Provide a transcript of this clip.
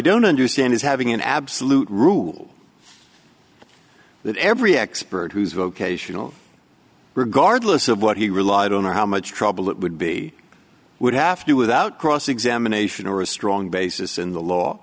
don't understand is having an absolute rule that every expert who's vocational regardless of what he relied on or how much trouble it would be would have to do without cross examination or a strong basis in the law